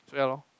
so ya lor